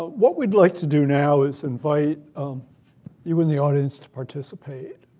what we'd like to do now is invite um you in the audience to participate.